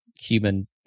human